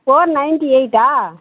four ninety எயிட்டா